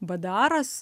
bd aras